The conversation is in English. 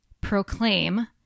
proclaim